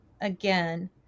again